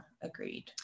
agreed